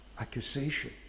accusation